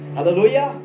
Hallelujah